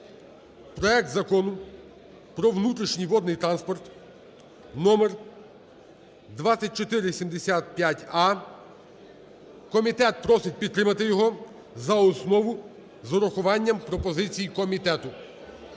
проект Закону про внутрішній водний транспорт (№2475а). Комітет просить підтримати його за основу з врахуванням пропозицій комітету.